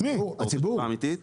אתה רוצה תשובה אמתית?